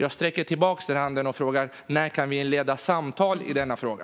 Jag sträcker nu en hand tillbaka och frågar: När kan vi inleda samtal i denna fråga?